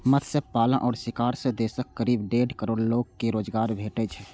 मत्स्य पालन आ शिकार सं देशक करीब डेढ़ करोड़ लोग कें रोजगार भेटै छै